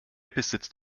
besitzt